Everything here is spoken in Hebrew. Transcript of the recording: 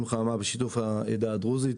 חממה בשיתוף העדה הדרוזית.